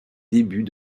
débuts